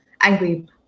angry